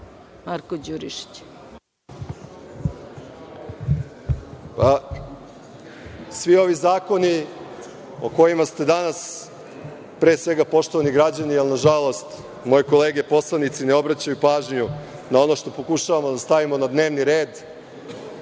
**Marko Đurišić** Svi ovi zakoni o kojima ste danas, pre svega poštovani građani, ali, nažalost, moje kolege poslanici ne obraćaju pažnju na ono što pokušavamo da stavimo na dnevni red,